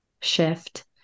shift